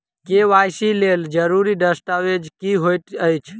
KYC लेल जरूरी दस्तावेज की होइत अछि?